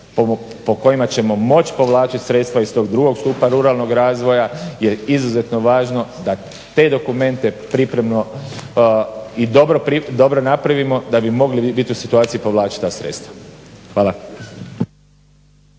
po kojima ćemo moći povlačiti sredstva iz tog drugog stupa ruralnog razvoja je izuzetno važno da te dokumente pripremimo i dobro napravimo da bi mogli biti u situaciji povlačiti ta sredstva. Hvala.